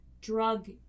drug